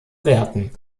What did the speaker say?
werten